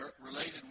related